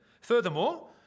Furthermore